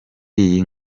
iyi